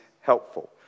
helpful